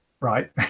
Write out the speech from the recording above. right